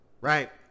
right